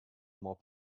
more